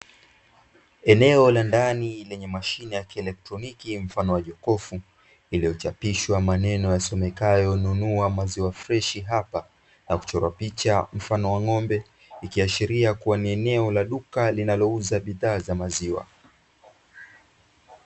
Eneo la ndani lenye mashine ya kielektroniki mfano wa jokofu, lililochapishwa maneno yasomekayo "nunua maziwa freshi" na kuchorwa picha mfano wa ng'ombe, ikiashiria kuwa ni eneo la duka linalouza bidhaa za maziwa.